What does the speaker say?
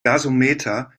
gasometer